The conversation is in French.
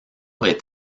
est